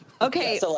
Okay